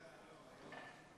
הודעה למזכירת הכנסת.